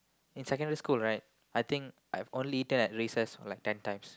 in secondary school right I think I've only eaten recess for like ten times